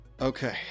Okay